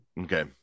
Okay